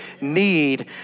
need